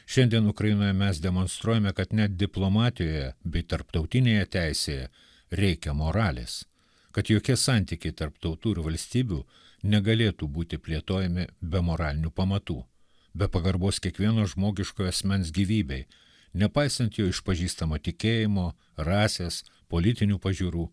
šiandien ukrainoje mes demonstruojame kad net diplomatijoje bei tarptautinėje teisėje reikia moralės kad jokie santykiai tarp tautų ir valstybių negalėtų būti plėtojami be moralinių pamatų be pagarbos kiekvieno žmogiškojo asmens gyvybei nepaisant jo išpažįstamo tikėjimo rasės politinių pažiūrų